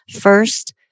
First